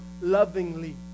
lovingly